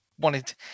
wanted